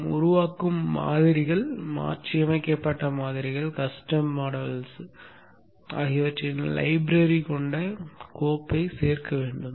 நாம் உருவாக்கும் மாதிரிகள் மாற்றியமைக்கப்பட்ட மாதிரிகள் ஆகியவற்றின் லைப்ரரி கொண்ட கோப்பைச் சேர்க்க வேண்டும்